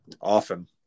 often